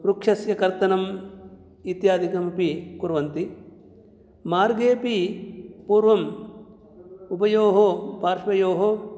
वृक्षस्य कर्तनम् इत्यादिकमपि कुर्वन्ति मार्गेऽपि पूर्वम् उभयोः पार्श्वयोः